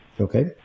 okay